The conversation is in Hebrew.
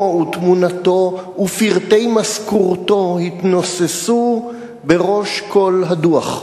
ותמונתו ופרטי משכורתו התנוססו בראש כל הדוח.